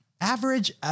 Average